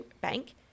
bank